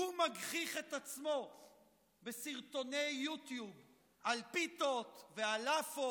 הוא מגחיך את עצמו בסרטוני יוטיוב על פיתות ועל לאפות,